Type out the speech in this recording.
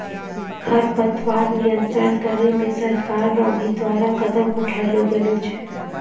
खरपतवार नियंत्रण करे मे सरकार रो भी द्वारा कदम उठैलो गेलो छै